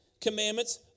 commandments